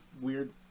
weird